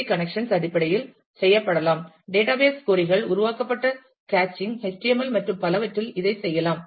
C கனெக்சன்களின் அடிப்படையில் செய்யப்படலாம் டேட்டாபேஸ் கொறி கள் உருவாக்கப்பட்ட கேச்சிங் HTML மற்றும் பலவற்றில் இதைச் செய்யலாம்